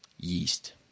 Yeast